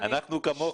כמוך.